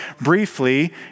briefly